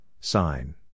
sign